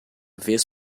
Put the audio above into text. vez